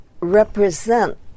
represent